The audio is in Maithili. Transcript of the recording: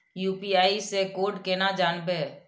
यू.पी.आई से कोड केना जानवै?